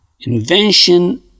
Invention